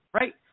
right